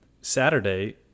Saturday